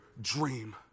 dream